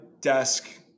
desk